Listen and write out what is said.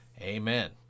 Amen